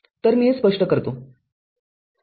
तर मी हे स्पष्ट करतो